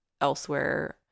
elsewhere